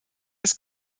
des